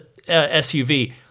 SUV